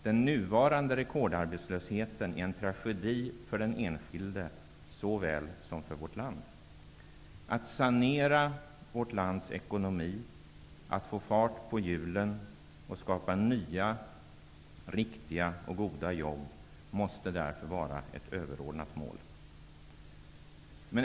Den nuvarande rekordarbetslösheten är en tragedi för den enskilde såväl som för vårt land. Att sanera vårt lands ekonomi och att få fart på hjulen och skapa nya riktiga och goda jobb måste därför vara ett överordnat mål.